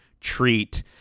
treat